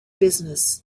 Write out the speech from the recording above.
business